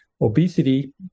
Obesity